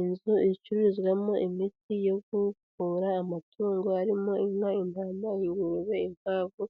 Inzu icururizwamo imiti yo kuvura amatungo, harimo inka, intama, ingurube, inkwavu,